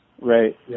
Right